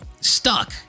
stuck